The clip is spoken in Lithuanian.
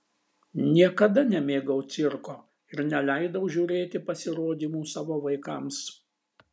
niekada nemėgau cirko ir neleidau žiūrėti pasirodymų savo vaikams